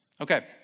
Okay